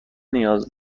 نیاز